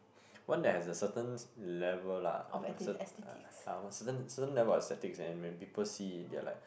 one that has a certain level lah cert~ uh certain certain level of settings and when people see they are like